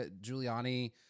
Giuliani